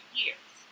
years